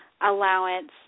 allowance